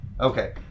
Okay